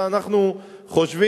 אלא אנחנו חושבים